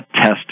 test